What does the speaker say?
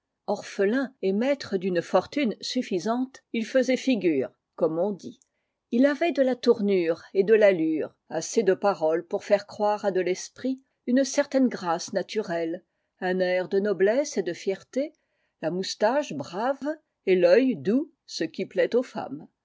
orphelin et maître d'une fortune suffisante il faisait figure comme on dit ii avait de la tournure et de l'allure assez de parole pour faire croire à de l'esprit une certaine grâce naturelle un air de noblesse et de fierté la moustache brave et l'œil doux ce qui plaît aux femmes